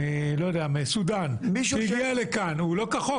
פליט מסודן שהגיע לכאן, נמצא כאן לא כחוק.